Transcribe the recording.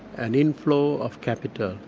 an inflow of capital,